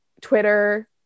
Twitter